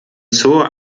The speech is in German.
zur